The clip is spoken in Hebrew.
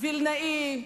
וילנאי,